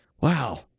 Wow